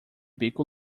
bico